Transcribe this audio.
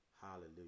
Hallelujah